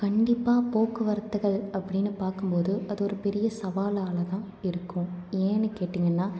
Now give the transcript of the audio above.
கண்டிப்பாக போக்குவரத்துகள் அப்படினு பார்க்கும் போது அது ஒரு பெரிய சவாலாக தான் இருக்கும் ஏன்னு கேட்டிங்கன்னா